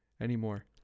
anymore